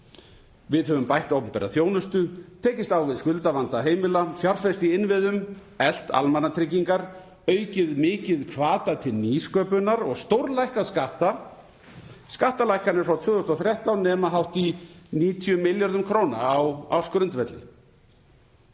Við höfum bætt opinbera þjónustu, tekist á við skuldavanda heimila, fjárfest í innviðum, eflt almannatryggingar, aukið mikið hvata til nýsköpunar og stórlækkað skatta. Skattalækkanir frá 2013 nema hátt í 90 milljörðum króna á ársgrundvelli.